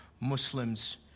Muslims